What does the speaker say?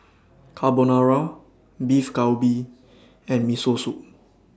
Carbonara Beef Galbi and Miso Soup